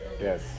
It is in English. Yes